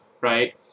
right